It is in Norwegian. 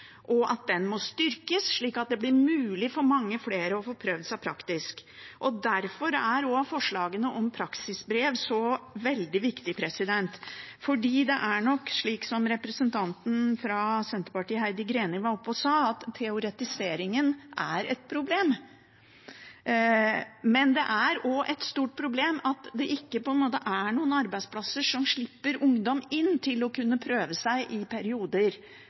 og at den må styrkes, slik at det blir mulig for mange flere å få prøvd seg praktisk. Derfor er også forslagene om praksisbrev veldig viktige. Det er nok slik som representanten fra Senterpartiet, Heidi Greni, var oppe og sa, at teoretiseringen er et problem, men det er også et stort problem at det ikke på en måte er noen arbeidsplasser som slipper ungdom inn til å kunne prøve seg i perioder